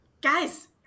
guys